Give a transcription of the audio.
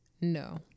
No